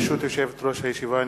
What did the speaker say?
ברשות יושבת-ראש הישיבה,